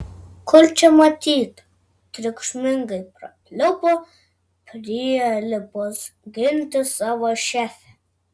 kur čia matyta triukšmingai prapliupo prielipos ginti savo šefę